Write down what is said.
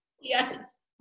Yes